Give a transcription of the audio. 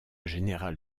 général